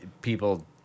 people